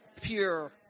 pure